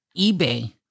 ebay